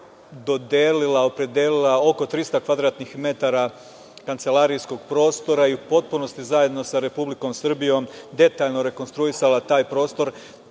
dodelila, opredelila oko 300 kvadratnih metara kancelarijskog prostora i u potpunosti zajedno sa Republike Srbije detaljno rekonstruisala taj prostor.